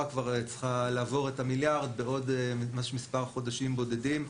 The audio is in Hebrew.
צריכה לעבור מיליארד שקל ממש בעוד כמה חודשים בודדים,